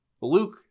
Luke